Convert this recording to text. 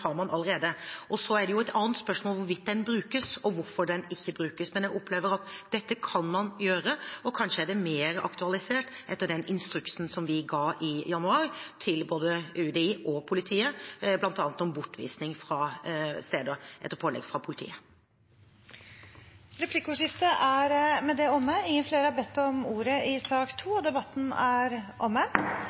brukes, og hvorfor den ikke brukes. Men jeg opplever at dette kan man gjøre, og kanskje er det mer aktualisert etter den instruksen vi ga i januar til både UDI og politiet, bl.a. om bortvisning fra steder etter pålegg fra politiet. Replikkordskiftet er omme. Flere har ikke bedt om ordet til sak nr. 2. Etter ønske fra kommunal- og forvaltningskomiteen vil presidenten ordne debatten